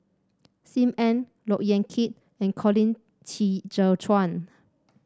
Sim Ann Look Yan Kit and Colin Qi Zhe Quan